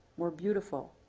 more beautiful,